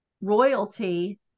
royalty